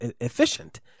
efficient